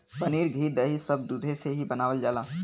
पनीर घी दही सब दुधे से ही बनावल जाला